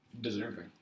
Deserving